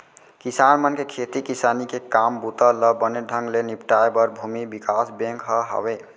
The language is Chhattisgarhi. किसान मन के खेती किसानी के काम बूता ल बने ढंग ले निपटाए बर भूमि बिकास बेंक ह हावय